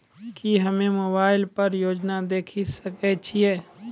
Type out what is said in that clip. की हम्मे मोबाइल पर योजना देखय सकय छियै?